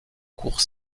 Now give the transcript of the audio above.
cours